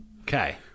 Okay